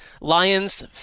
Lions